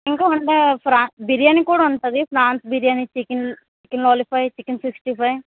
ఇంకా ఉంటాయి ఫ్రా బిర్యానీ కూడా ఉంటుంది prawns biryani chicken chicken lollipop chicken sixty five